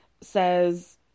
says